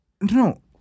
No